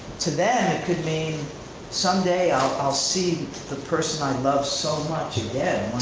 to them it could mean someday i'll see the person i love so much again